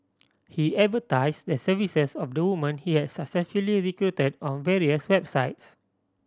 he advertise the services of the woman he had successfully recruited on various websites